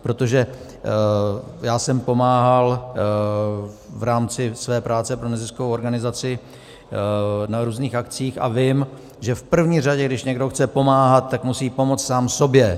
Protože já jsem pomáhal v rámci své práce pro neziskovou organizaci na různých akcích a vím, že v první řadě, když někdo chce pomáhat, tak musí pomoct sám sobě.